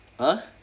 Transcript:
ah